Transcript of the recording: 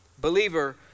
Believer